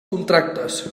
contractes